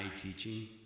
teaching